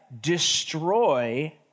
destroy